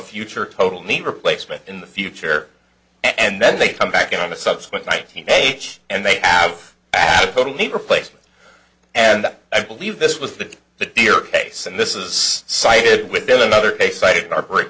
future total knee replacement in the future and then they come back on the subsequent nineteen age and they have added total knee replacement and i believe this was the the deer case and this is cited with bill another case cited in our